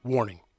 warning